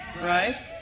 Right